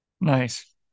Nice